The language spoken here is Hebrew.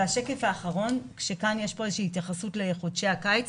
בשקף האחרון יש התייחסות לחודשי הקיץ.